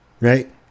right